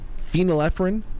Phenylephrine